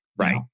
Right